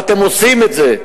ואתם עושים את זה,